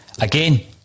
again